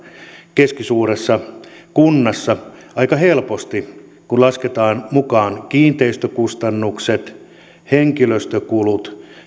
keskisuuressa kunnassa aika helposti kun lasketaan mukaan kiinteistökustannukset ja henkilöstökulut